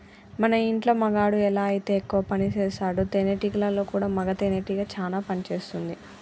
మన ఇంటిలో మగాడు ఎలా అయితే ఎక్కువ పనిసేస్తాడో తేనేటీగలలో కూడా మగ తేనెటీగ చానా పని చేస్తుంది